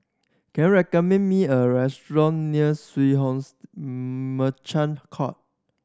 can you recommend me a restaurant near Merchant Court